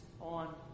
on